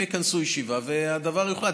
הם יכנסו ישיבה, והדבר יוחלט.